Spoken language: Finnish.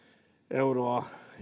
euroa